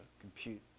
compute